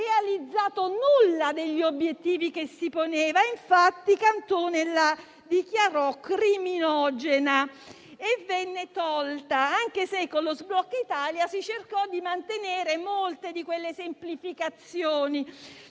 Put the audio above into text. realizzato alcuno degli obiettivi che si poneva. Infatti, Cantone la dichiarò criminogena e venne abrogata, anche se con il decreto-legge sblocca Italia si cercò di mantenere molte di quelle semplificazioni.